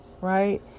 right